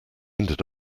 ended